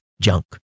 junk